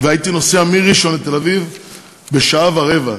נסעתי מראשון לתל-אביב שעה ורבע.